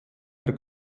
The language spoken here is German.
der